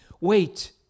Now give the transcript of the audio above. Wait